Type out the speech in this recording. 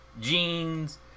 jeans